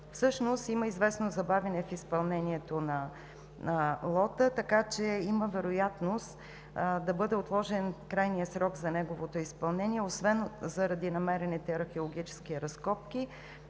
Има известно забавяне в изпълнение на лота, така че има вероятност да бъде отложен крайният срок за неговото изпълнение освен заради намерените археологически разкопки,